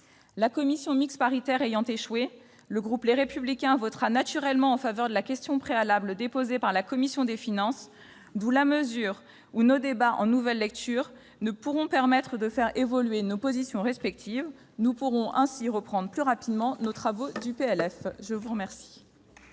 La commission mixte paritaire ayant échoué, le groupe Les Républicains votera naturellement en faveur de la motion tendant à opposer la question préalable déposée par la commission des finances, dans la mesure où nos débats en nouvelle lecture ne pourront permettre de faire évoluer nos positions respectives. Nous pourrons ainsi reprendre plus rapidement nos travaux sur le projet de